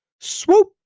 Swoop